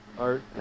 Art